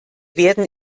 werden